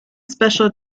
special